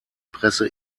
presse